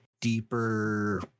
deeper